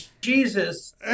Jesus